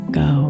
go